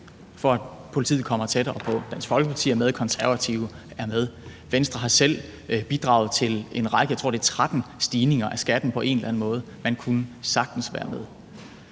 for at politiet kommer tættere på borgerne. Dansk Folkeparti er med, og Konservative er med. Venstre har selv bidraget til en række, jeg tror, det er 13 stigninger af skatten på en eller anden måde. Man kunne sagtens være med.